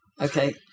Okay